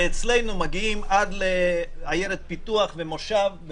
ואצלנו מגיעים עד עיירת פיתוח ומושב,